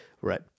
Right